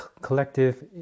collective